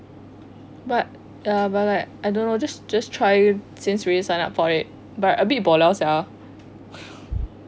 but ah but I I don't know just just try since already sign up for it but a bit bo liao sia